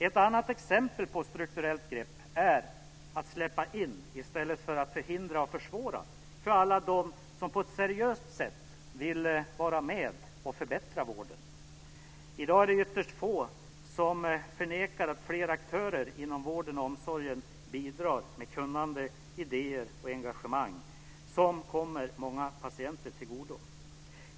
Ett annat exempel på strukturellt grepp är att släppa in i stället för att förhindra och försvåra för alla dem som på ett seriöst sätt vill vara med och förbättra vården. I dag är det ytterst få som förnekar att fler aktörer inom vården och omsorgen bidrar med kunnande, idéer och engagemang som kommer många patienter till godo.